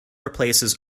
replaces